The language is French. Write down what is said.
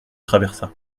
traversa